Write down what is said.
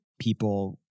people